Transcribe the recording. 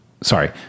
sorry